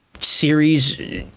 series